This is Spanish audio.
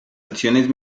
acciones